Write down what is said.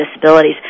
disabilities